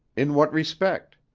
in what respect?